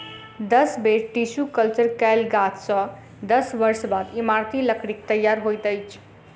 दस बेर tissue culture कयल गाछ सॅ दस वर्ष बाद इमारती लकड़ीक तैयार होइत अछि